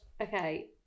Okay